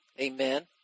Amen